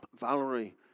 Valerie